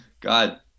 God